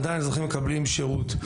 עדיין אזרחים מקבלים שירות.